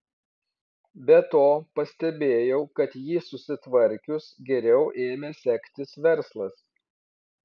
be to pastebėjau kad jį susitvarkius geriau ėmė sektis verslas